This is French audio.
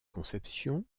conceptions